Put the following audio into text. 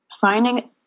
finding